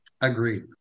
Agreed